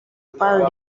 parle